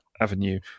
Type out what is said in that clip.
avenue